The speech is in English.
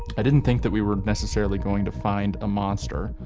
i didn't think that we were necessarily going to find a monster.